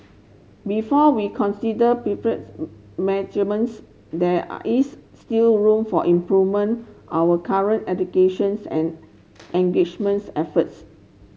before we consider measurements there is still room for improvement our current educations and engagements efforts